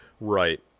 Right